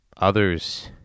Others